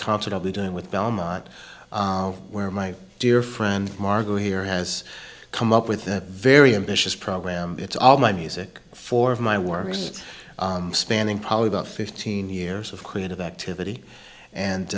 concert i'll be doing with belmont where my dear friend margot here has come up with that very ambitious program it's all my music four of my worst spanning probably about fifteen years of creative activity and